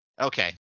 Okay